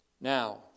Now